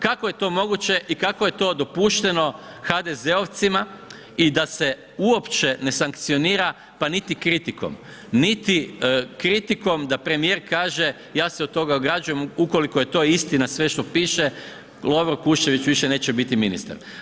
Kako je to moguće i kako je to dopušteno HDZ-ovcima i da se uopće ne sankcionira pa niti kritikom, niti kritikom da premijer kaže ja se od toga ograđujem ukoliko je to istina sve što piše, Lovro Kuščević više neće biti ministar.